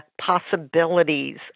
possibilities